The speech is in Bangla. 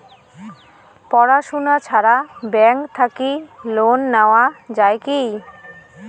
পড়াশুনা ছাড়া ব্যাংক থাকি লোন নেওয়া যায় কি?